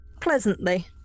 pleasantly